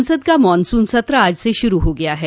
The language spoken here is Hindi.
संसद का मॉनसून सत्र आज से शुरू हो गया है